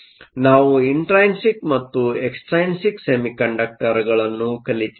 ಆದ್ದರಿಂದ ನಾವು ಇಂಟ್ರೈನ್ಸಿಕ್ ಮತ್ತು ಎಕ್ಸ್ಟ್ರೈನ್ಸಿಕ್ ಸೆಮಿಕಂಡಕ್ಟರ್Extrinsic semiconductorಗಳನ್ನು ಕಲಿತಿದ್ದೇವೆ